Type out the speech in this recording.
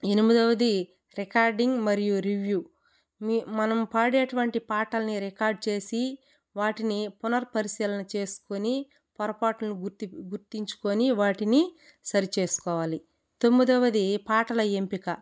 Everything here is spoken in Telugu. ఎనిమిదవది రికార్డింగ్ మరియు రివ్యూ మనం పాడేటువంటి పాటల్ని రికార్డ్ చేసి వాటిని పునర్పరిశీలన చేసుకొని పొరపాటును గుర్తించుకొని వాటిని సరిచేసుకోవాలి తొమ్మిదవది పాటల ఎంపిక